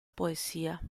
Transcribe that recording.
poesia